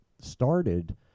started